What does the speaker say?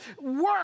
work